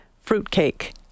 fruitcake